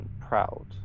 proud